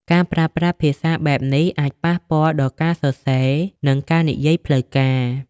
ការប្រើប្រាស់ភាសាបែបនេះអាចប៉ះពាល់ដល់ការសរសេរនិងការនិយាយផ្លូវការ។